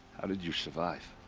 how did you survive?